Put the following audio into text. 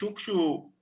בשוק שהוא חופשי,